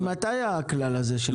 מתי נוצר הכלל הזה?